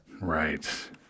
Right